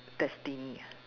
destined